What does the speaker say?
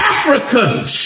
Africans